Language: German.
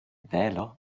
wähler